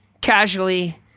casually